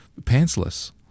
Pantsless